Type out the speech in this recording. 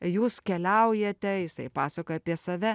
jūs keliaujate jisai pasakoja apie save